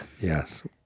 yes